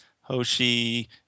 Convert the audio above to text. Hoshi